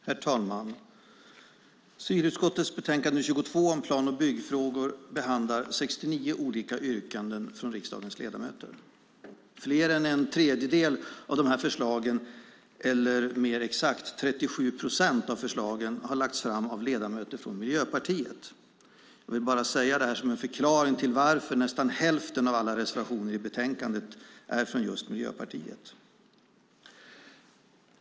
Herr talman! I civilutskottets betänkande 22 om plan och byggfrågor behandlas 69 olika yrkanden från riksdagens ledamöter. Fler än en tredjedel av förslagen, eller mer exakt 37 procent av dem, har lagts fram av ledamöter från Miljöpartiet. Jag vill bara säga detta som en förklaring till att nästan hälften av alla reservationer i betänkandet kommer från just Miljöpartiet.